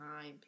time